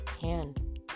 hand